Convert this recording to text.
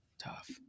tough